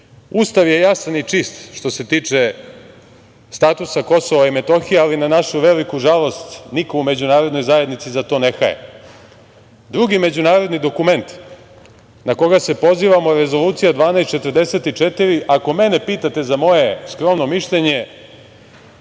Ustav je jasan i čist što se tiče statusa Kosova i Metohije, ali na našu veliku žalost niko u Međunarodnoj zajednici za to ne haje. Drugi međunarodni dokument na koji se pozivamo, Rezolucija 1244, ako mene pitate za moje skromno mišljenje,